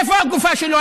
איפה הגופה שלו?